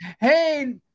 hey